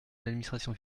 l’administration